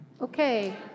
Okay